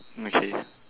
Mickey